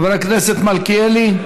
חבר הכנסת מלכיאלי.